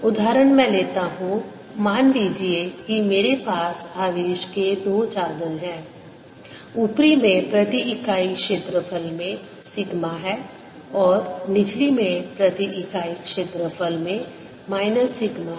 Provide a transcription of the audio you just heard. उदाहरण मैं लेता हूं मान लीजिए कि मेरे पास आवेश के दो चादर हैं ऊपरी में प्रति इकाई क्षेत्रफल में सिग्मा है और निचली में प्रति इकाई क्षेत्रफल में माइनस सिग्मा है